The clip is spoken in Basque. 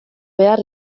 behar